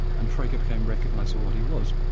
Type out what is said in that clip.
and frege became recognised for what he was.